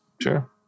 Sure